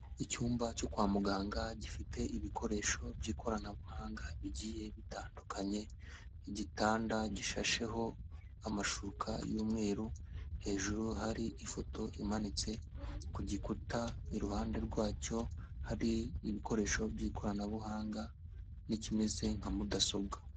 Icyumba cyo kwa muganga gifite ibikoresho by'ikoranabuhanga bigiye bitandukanye, igitanda gishasheho amashuka y'umweru hejuru hari ifoto imanitse, ku gikuta iruhande rwacyo hari ibikoresho by'ikoranabuhanga n'ikimeze nka mudasobwa.